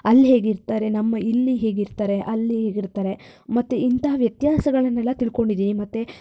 ಅಲ್ಲಿ ಹೇಗಿರ್ತಾರೆ ನಮ್ಮ ಇಲ್ಲಿ ಹೇಗಿರ್ತಾರೆ ಅಲ್ಲಿ ಹೇಗಿರ್ತಾರೆ ಮತ್ತು ಇಂಥ ವ್ಯತ್ಯಾಸಗಳನ್ನೆಲ್ಲ ತಿಳ್ಕೊಂಡಿದ್ದೀನಿ ಮತ್ತು